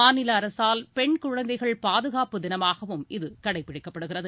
மாநில அரசால் பெண் குழந்தைகள் பாதுகாப்பு தினமாகவும் இது கடைப்பிடிக்கப்படுகிறது